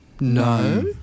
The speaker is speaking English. No